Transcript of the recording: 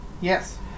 Yes